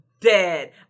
dead